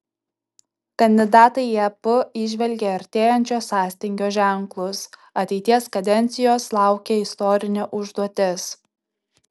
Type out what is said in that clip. kandidatai į ep įžvelgė artėjančio sąstingio ženklus ateities kadencijos laukia istorinė užduotis